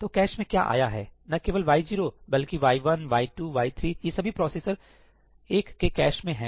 तो कैश में क्या आया है न केवल y 0 बल्कि y 1 y 2 y 3 ये सभी प्रोसेसर 1 के कैश में हैं